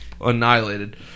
annihilated